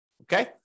okay